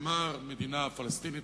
אמר "מדינה פלסטינית".